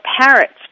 parrots